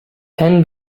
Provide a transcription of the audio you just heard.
тән